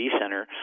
center